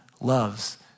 loves